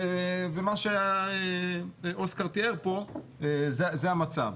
ומה שאוסקר תיאר פה זה המצב.